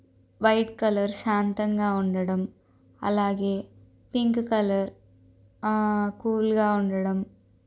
white colour శాంతంగా ఉండడం అలాగే పింక్ కలర్ కూల్గా ఉండడం